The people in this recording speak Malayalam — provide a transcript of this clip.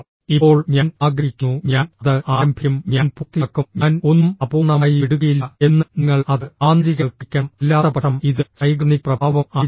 ഇപ്പോൾ ഞാൻ ആഗ്രഹിക്കുന്നു ഞാൻ അത് ആരംഭിക്കും ഞാൻ പൂർത്തിയാക്കും ഞാൻ ഒന്നും അപൂർണ്ണമായി വിടുകയില്ല എന്ന് നിങ്ങൾ അത് ആന്തരികവൽക്കരിക്കണം അല്ലാത്തപക്ഷം ഇത് സൈഗാർനിക് പ്രഭാവം ആയിരിക്കും